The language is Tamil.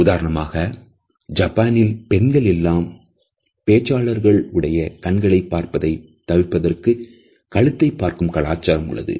உதாரணமாக ஜப்பானில் பெண்கள் எல்லாம் பேச்சாளர்கள் உடைய கண்களை பார்ப்பதைத் தவிர்ப்பதற்கு கழுத்தை பார்க்கும் கலாச்சாரம் உள்ளது